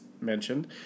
mentioned